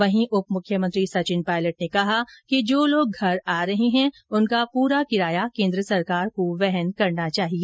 वहीं उप मुख्यमंत्री सचिन पायलट ने कहा कि जो लोग घर आ रहे है उनका पूरा किराया केन्द्र सरकार को वहन करना चाहिए